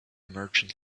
merchant